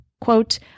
Quote